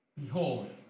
Behold